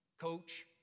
Coach